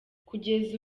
kugeza